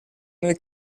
nel